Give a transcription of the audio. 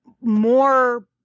more